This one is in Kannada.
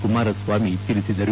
ಕುಮಾರಸ್ವಾಮಿ ತಿಳಿಸಿದರು